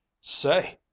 Say